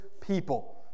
people